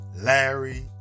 Larry